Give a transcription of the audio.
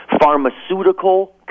pharmaceutical